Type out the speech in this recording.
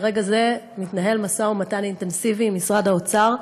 ברגע זה מתנהל משא-ומתן אינטנסיבי עם משרד האוצר,